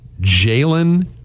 Jalen